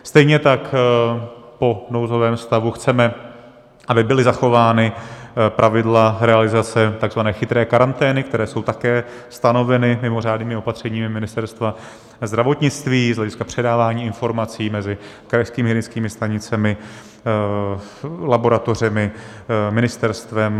Stejně tak po nouzovém stavu chceme, aby byla zachována pravidla realizace tzv. chytré karantény, která jsou také stanovena mimořádnými opatřeními Ministerstva zdravotnictví z hlediska předávání informací mezi krajskými hygienickými stanicemi, laboratořemi, ministerstvem atd.